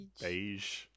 Beige